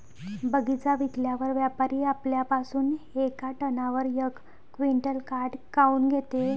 बगीचा विकल्यावर व्यापारी आपल्या पासुन येका टनावर यक क्विंटल काट काऊन घेते?